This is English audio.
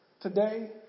Today